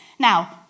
Now